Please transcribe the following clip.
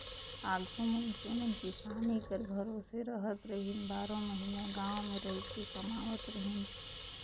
आघु मइनसे मन किसानी कर भरोसे रहत रहिन, बारो महिना गाँव मे रहिके कमावत रहिन